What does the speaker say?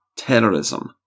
terrorism